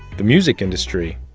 the music industry,